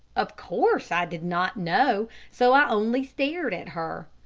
of course i did not know, so i only stared at her.